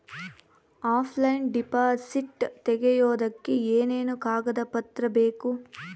Offline deposit ತೆಗಿಯೋದಕ್ಕೆ ಏನೇನು ಕಾಗದ ಪತ್ರ ಬೇಕು?